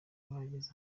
bahageze